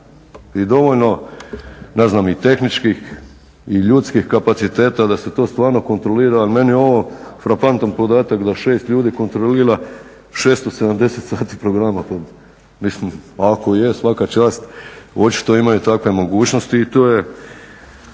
i dovoljno i tehničkih i ljudskih kapaciteta da se to stvarno kontrolira. Meni je ovo frapantan podatak da 6 ljudi kontrolira 670 sati programa. Pa mislim ako je, svaka čast, očito imaju takve mogućnosti i toj je